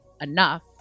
enough